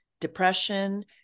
depression